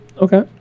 Okay